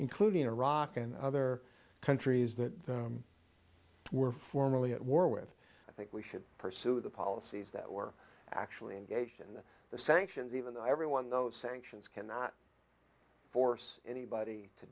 including iraq and other countries that were formally at war with i think we should pursue the policies that were actually engaged in the sanctions even though everyone know that sanctions cannot force anybody to